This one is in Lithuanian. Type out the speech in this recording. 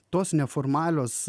tos neformalios